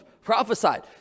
prophesied